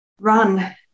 run